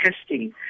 testing